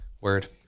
Word